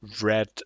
red